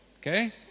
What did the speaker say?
okay